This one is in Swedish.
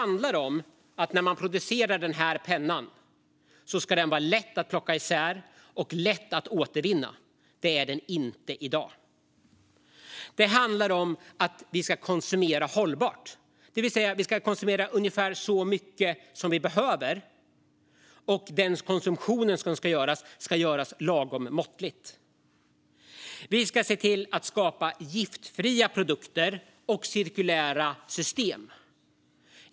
När man producerar en penna ska den göras lätt att plocka isär och lätt att återvinna. Så är det inte i dag. Det handlar om att vi ska konsumera hållbart, det vill säga att vi ska konsumera ungefär så mycket som vi behöver. Den konsumtion som sker ska ske måttligt. Vi ska se till att skapa giftfria produkter och cirkulära system.